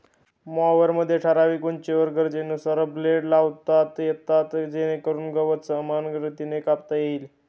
मॉवरमध्ये ठराविक उंचीवर गरजेनुसार ब्लेड लावता येतात जेणेकरून गवत समान रीतीने कापता येईल